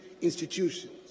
institutions